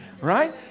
Right